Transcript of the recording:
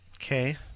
Okay